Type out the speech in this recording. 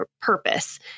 purpose